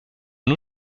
nur